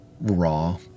raw